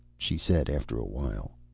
she said, after awhile.